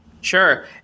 Sure